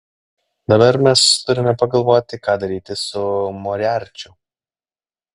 dabar mes turime pagalvoti ką daryti su moriarčiu